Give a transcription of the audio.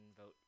vote